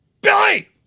Billy